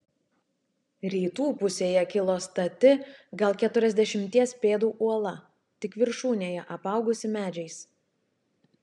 rytų pusėje kilo stati gal keturiasdešimties pėdų uola tik viršūnėje apaugusi medžiais